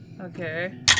Okay